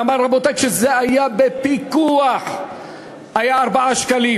למה, רבותי, כשזה היה בפיקוח המחיר היה 4 שקלים,